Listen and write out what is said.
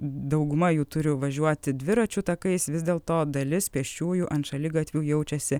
dauguma jų turi važiuoti dviračių takais vis dėl to dalis pėsčiųjų ant šaligatvių jaučiasi